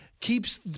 keeps